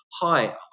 hi